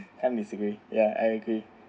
time is agree ya I agree